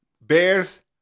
Bears